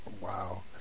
Wow